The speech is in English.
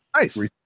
Nice